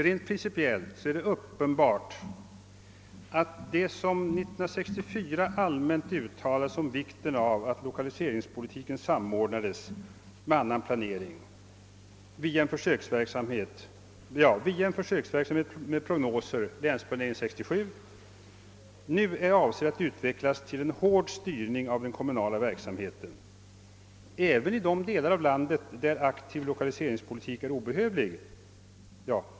Det är uppenbart att rent principielit är det som 1964 allmänt uttalades om vikten av att Jlokaliseringspolitiken samordnades med annan planering via en försöksverksamhet med prognoser — Länsplanering 67 — nu kommer att utvecklas till en hård styrning av den kommunala verksamheten även i de delar av landet där en aktiv lokaliseringspolitik är obehövlig.